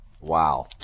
Wow